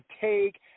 take